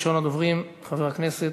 מס' 1679,